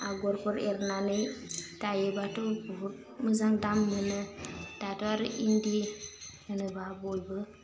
आगरफोर एरनानै दायोबाथ' बहुत मोजां दाम मोनो दाथ' आरो इन्दि होनोबा बयबो